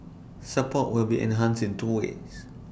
support will be enhanced in two ways